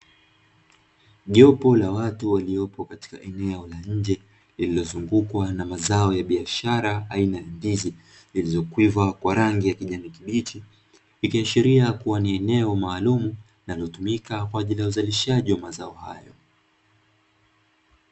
Jopo la watu waliopo katika eneo la nje lililozungukwa na mazao ya biashara aina ya ndizi yaliyokwiva kwa rangi ya kijani kibichi, ikiashiria ni eneo maalumu linalotumika kwa ajili ya uzalishaji wa mazao hayo.